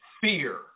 fear